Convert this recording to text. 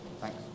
thanks